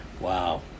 wow